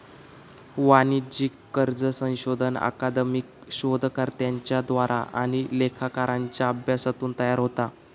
वाणिज्यिक कर्ज संशोधन अकादमिक शोधकर्त्यांच्या द्वारा आणि लेखाकारांच्या अभ्यासातून तयार होता